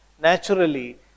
naturally